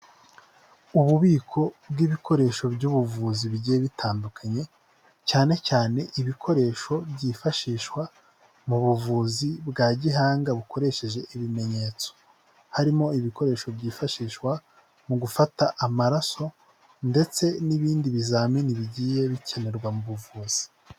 Ububiko bw'ibikoresho by'ubuvuzi bigiye bitandukanye cyane cyane ibikoresho byifashishwa mu buvuzi bwa gihanga, bukoresheje ibimenyetso, harimo ibikoresho byifashishwa mu gufata amaraso ndetse n'ibindi bizamini bigiye bikenerwa mu buvuzi.